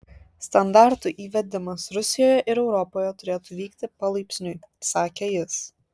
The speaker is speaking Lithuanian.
standartų įvedimas rusijoje ir europoje turėtų vykti palaipsniui sakė jis